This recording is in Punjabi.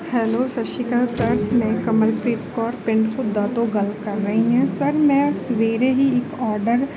ਹੈਲੋ ਸਤਿ ਸ਼੍ਰੀ ਅਕਾਲ ਸਰ ਮੈਂ ਕਮਲਪ੍ਰੀਤ ਕੌਰ ਪਿੰਡ ਘੁੱਦਾ ਤੋਂ ਗੱਲ ਕਰ ਰਹੀ ਹੈ ਸਰ ਮੈਂ ਸਵੇਰੇ ਹੀ ਇੱਕ ਆਰਡਰ